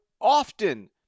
often